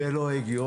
זה לא הגיוני,